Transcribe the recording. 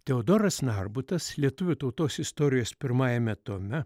teodoras narbutas lietuvių tautos istorijos pirmajame tome